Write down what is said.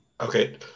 Okay